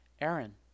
Aaron